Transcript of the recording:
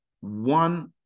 one